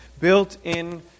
built-in